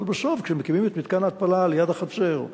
אבל בסוף, כשמקימים את מתקן ההתפלה ליד החצר,